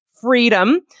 freedom